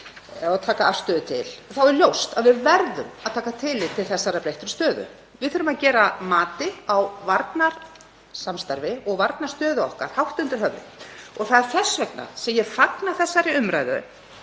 að taka afstöðu til þá er ljóst að við verðum að taka tillit til þessarar breyttu stöðu. Við þurfum að gera mati á varnarsamstarfi og varnarstöðu okkar hátt undir höfði. Það er þess vegna sem ég fagna þessari umræðu,